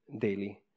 daily